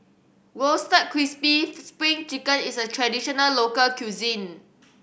Roasted Crispy Spring Chicken is a traditional local cuisine